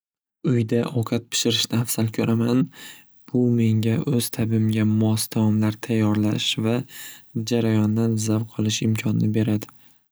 Uyda ovqat pishirishni afzal ko'raman bu menga o'z tabimga mos taomlar tayyorlash va jarayondan zavq olish imkonini beradi.